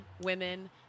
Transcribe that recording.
women